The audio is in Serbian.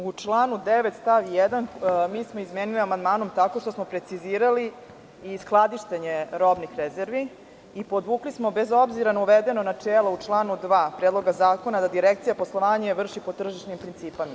U članu 9. stav 1. mi smo izmenili amandmanom tako što smo precizirali i skladištenje robnih rezervi i podvukli smo – bez obzira na uvedeno načelo u članu 2. Predloga zakona da Direkcija poslovanje vrši po tržišnim principima.